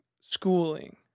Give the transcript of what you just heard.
schooling